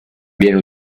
viene